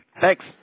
Thanks